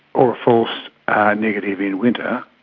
or a false negative in winter.